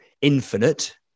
infinite